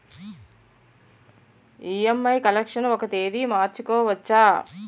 EMI collection ఒక తేదీ మార్చుకోవచ్చా?